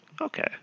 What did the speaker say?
Okay